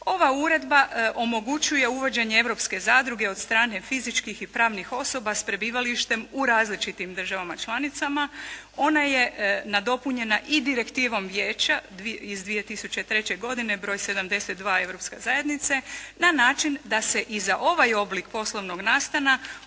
Ova Uredba omogućuje uvođenje Europske zadruge od strane fizičkih i pravnih osoba s prebivalištem u različitim državama članicama. Ona je nadopunjena i direktivom Vijeća iz 2003. godine broj 72 Europske zajednice na način da se i za ovaj oblik poslovnog nastana